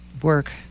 work